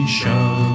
show